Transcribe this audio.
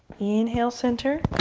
inhale center.